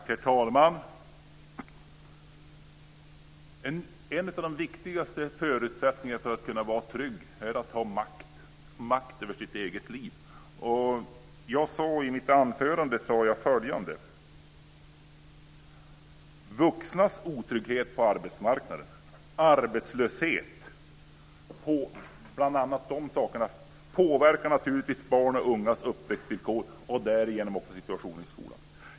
Herr talman! En av de viktigaste förutsättningarna för att vara trygg är att ha makt över sitt eget liv. Jag sade i mitt anförande att bl.a. vuxnas otrygghet på arbetsmarknaden och arbetslöshet påverkar naturligtvis barn och ungas uppväxtvillkor och därigenom också situationen i skolan.